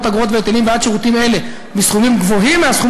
אגרות והיטלים בעד שירותים אלה בסכומים גבוהים מהסכום